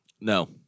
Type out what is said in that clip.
No